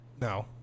No